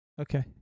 Okay